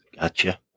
Gotcha